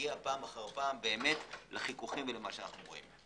נגיע פעם אחר פעם לחיכוכים ולמה שאנו רואים.